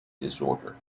disorder